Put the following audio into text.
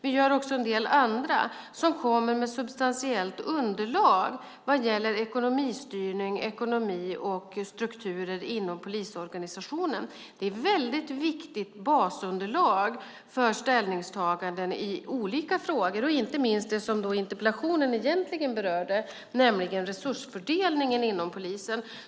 Vi gör också en del andra saker som ger substantiellt underlag vad gäller ekonomistyrning, ekonomi och strukturer inom polisorganisationen. Det är väldigt viktigt basunderlag för ställningstaganden i olika frågor, inte minst det som interpellationen egentligen berörde, nämligen resursfördelningen inom polisen.